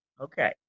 okay